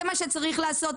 זה מה שצריך לעשות.